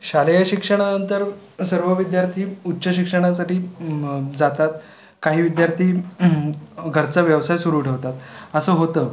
शालेय शिक्षणानंतर सर्व विद्यार्थी उच्च शिक्षणासाठी जातात काही विद्यार्थी घरचा व्यवसाय सुरु ठेवतात असं होतं